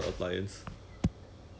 on on reno itself only eh